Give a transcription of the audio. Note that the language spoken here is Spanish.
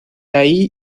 ahí